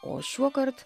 o šiuokart